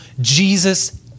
Jesus